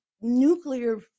nuclear